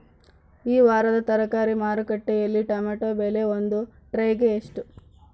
ಈ ವಾರದ ತರಕಾರಿ ಮಾರುಕಟ್ಟೆಯಲ್ಲಿ ಟೊಮೆಟೊ ಬೆಲೆ ಒಂದು ಟ್ರೈ ಗೆ ಎಷ್ಟು?